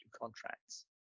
contracts